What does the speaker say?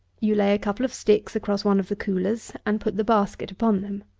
you lay a couple of sticks across one of the coolers, and put the basket upon them.